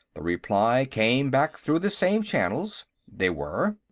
the reply came back through the same channels they were.